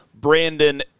Brandon